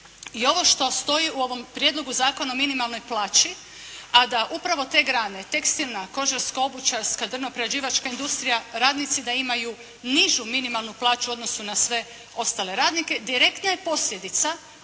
i ovo što stoji u ovom Prijedlogu zakona o minimalnoj plaći, a da upravo te grane tekstilna, kožarsko-obućarska, drvno-prerađivačka industrija radnici da imaju nižu minimalnu plaću u odnosu na sve ostale radnike direktna je posljedica